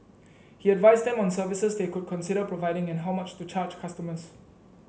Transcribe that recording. he advised them on services they could consider providing and how much to charge customers